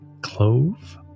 clove